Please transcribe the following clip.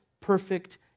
perfect